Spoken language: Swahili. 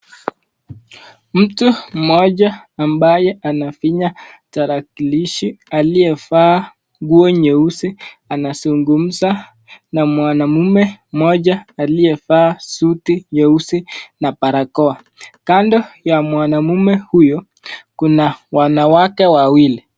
Mtu mmoja ambaye anafinya tarakilishi, aliyevaa nguo nyeusi, anazungumza na mwanaume mmoja aliyevaa suti nyeusi na barakoa. Kando ya mwanaume huyu kuna wanawake wawili.